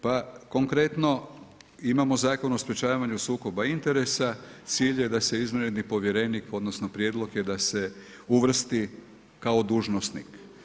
Pa konkretno, imamo Zakon o sprečavanju sukoba interesa, cilj je da se izvanredni povjerenik odnosno prijedlog je da se uvrsti kao dužnosnik.